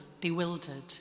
bewildered